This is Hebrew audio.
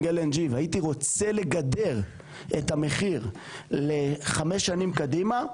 והייתי רוצה לגדר את המחיר לחמש שנים קדימה,